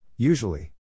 Usually